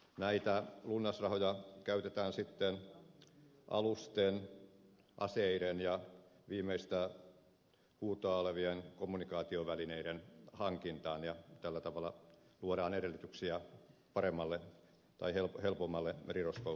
näitä lunnasrahoja käytetään sitten alusten aseiden ja viimeistä huutoa olevien kommunikaatiovälineiden hankintaan ja tällä tavalla luodaan edellytyksiä helpommalle merirosvoustoiminnalle